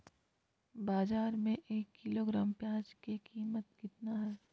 बाजार में एक किलोग्राम प्याज के कीमत कितना हाय?